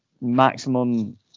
maximum